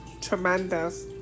tremendous